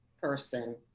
person